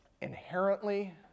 inherently